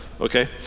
okay